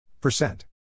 Percent